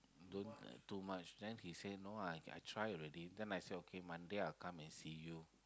don't too much then he say no ah I I try already then I say okay Monday I will come and see you